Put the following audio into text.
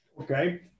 Okay